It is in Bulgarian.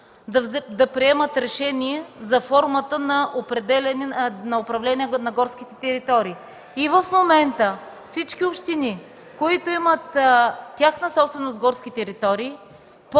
да приемат решение за формата на управление на горските територии. И в момента всички общини, които имат частна собственост – горски територии,